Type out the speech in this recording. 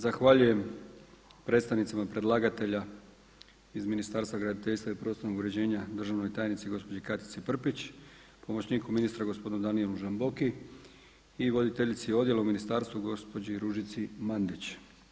Zahvaljujem predstavnicima predlagatelja iz Ministarstva graditeljstva i prostornog uređenja, državnoj tajnici gospođi Katici Prpić, pomoćniku ministra gospodinu Danijelu Žamboki i voditeljici odjela u ministarstvu gospođi Ružici Mandić.